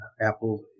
Apple